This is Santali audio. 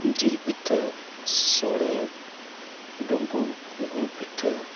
ᱡᱤᱞ ᱯᱤᱴᱷᱟᱹ ᱥᱳᱲᱮ ᱰᱩᱸᱵᱩᱜ ᱜᱩᱲ ᱯᱤᱴᱷᱟᱹ